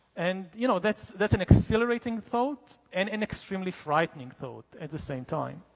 and you know that's that an exhilarating thought and an extremely frightening thought at the same time.